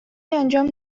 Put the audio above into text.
انجام